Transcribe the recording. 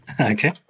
Okay